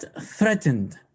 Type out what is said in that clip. threatened